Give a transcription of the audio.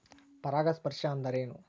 ಪರಾಗಸ್ಪರ್ಶ ಅಂದರೇನು?